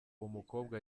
umukobwa